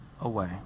away